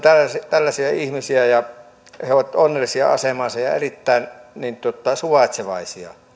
tällaisia ihmisiä ja he ovat onnellisia asemassaan ja erittäin suvaitsevaisia